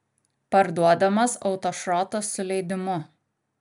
parduodamas autošrotas su leidimu